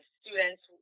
students